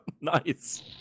Nice